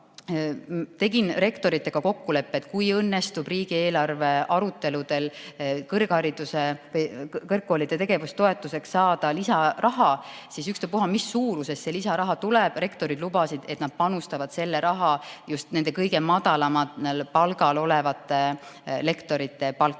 Aga tegin rektoritega kokkuleppe, et kui õnnestub riigieelarve aruteludel kõrgkoolidele tegevustoetuseks lisaraha saada, siis ükspuha, mis suuruses see lisaraha tuleb, rektorid lubasid, et nad panustavad selle raha just kõige madalama palgaga lektorite palkadesse.